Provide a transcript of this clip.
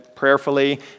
prayerfully